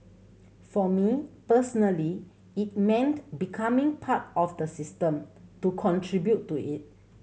for me personally it meant becoming part of the system to contribute to it